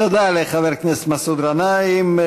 תודה לחבר הכנסת מסעוד גנאים.